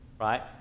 Right